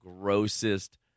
grossest